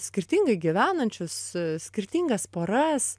skirtingai gyvenančius skirtingas poras